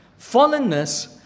fallenness